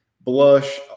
blush